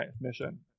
mission